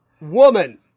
woman